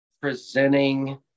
presenting